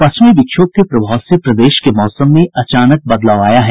पश्चिमी विक्षोभ के प्रभाव से प्रदेश के मौसम में अचानक बदलाव आया है